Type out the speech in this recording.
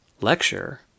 lecture